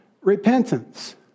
repentance